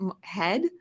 head